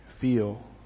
feel